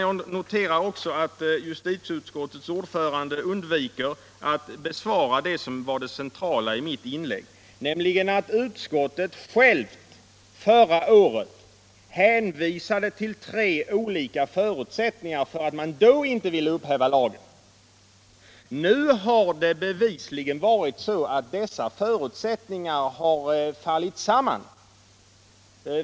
Jag noterar också att justitieutskottets ordförande undviker att besvara det centrala i mitt inlägg, nämligen att utskottet självt förra året hänvisade till tre olika förutsättningar för att man då inte ville upphäva lagen. Nu har dessa förutsättningar bevisligen fallit samman.